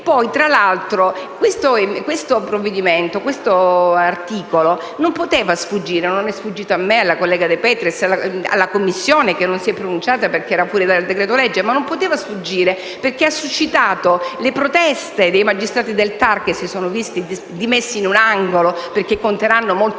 tra l'altro, questo articolo non poteva sfuggire; infatti non è sfuggito a me, alla collega De Petris e alla Commissione (che però non si è pronunciata, perché era fuori dal decreto-legge). Non poteva sfuggire, perché ha suscitato le proteste dei magistrati del TAR, che si sono visti messi in un angolo e che conteranno molto